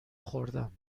خوردم